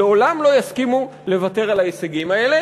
לעולם לא יסכימו לוותר על ההישגים האלה